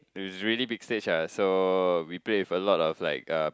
it's really big stage ah so we play with a lot like a